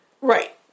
Right